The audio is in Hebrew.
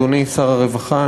אדוני שר הרווחה,